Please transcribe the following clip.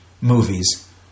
movies